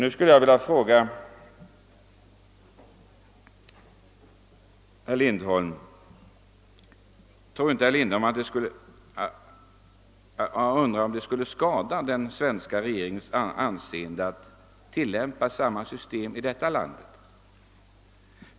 Jag skulle vilja fråga herr Lindholm, om han tror att det skulle skada den svenska regeringens anseende, om vi tillämpade samma system i vårt land.